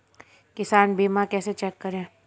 किसान बीमा कैसे चेक करें?